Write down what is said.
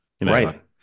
Right